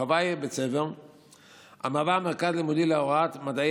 החווה היא בית ספר המהווה מרכז לימודי להוראת מדעי